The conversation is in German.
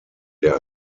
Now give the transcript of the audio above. der